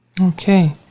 okay